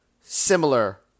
Similar